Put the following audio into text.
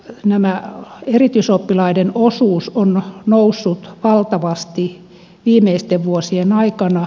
tämä erityisoppilaiden osuus on noussut valtavasti viimeisten vuosien aikana